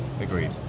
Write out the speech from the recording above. Agreed